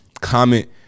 comment